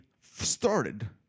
started